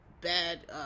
bad